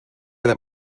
that